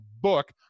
book